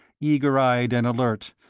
eager-eyed and alert,